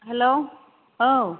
हेल' औ